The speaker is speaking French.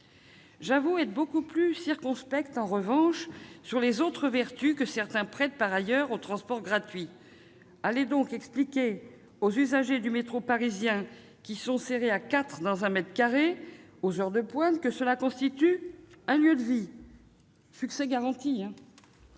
J'avoue être beaucoup plus circonspecte, en revanche, sur les autres vertus que certains prêtent par ailleurs aux transports gratuits. Allez donc expliquer aux usagers du métro parisien, serrés à quatre par mètre carré aux heures de pointe, qu'il constitue un « lieu de vie »: succès garanti